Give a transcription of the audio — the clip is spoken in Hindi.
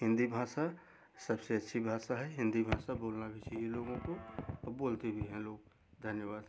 हिन्दी भाषा सबसे अच्छी भाषा है हिन्दी भाषा बोलना भी चाहिए लोगों को और बोलते भी हैं लोग धन्यवाद